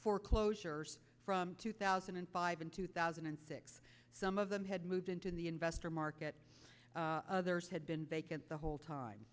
foreclosures from two thousand and five and two thousand and six some of them had moved into the investor market others had been vacant the whole time